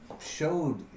showed